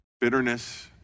bitterness